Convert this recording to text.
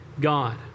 God